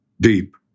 deep